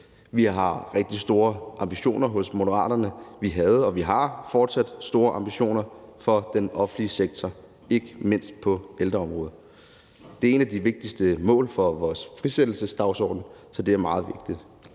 Vi har rigtig store ambitioner hos Moderaterne. Vi havde og vi har fortsat store ambitioner for den offentlige sektor, ikke mindst på ældreområdet. Det er et af de vigtigste mål for vores frisættelsesdagsorden, så det er meget vigtigt.